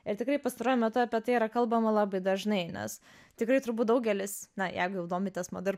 ir tikrai pastaruoju metu apie tai yra kalbama labai dažnai nes tikrai turbūt daugelis na jeigu jau domitės mada ir